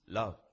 love